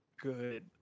good